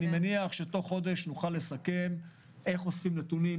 אני מניח שתוך חודש נוכל לסכם איך אוספים נתונים,